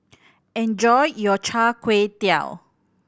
enjoy your Char Kway Teow